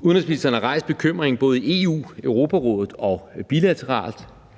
Udenrigsministeren har rejst bekymringen både i EU, i Europarådet og bilateralt.